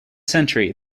century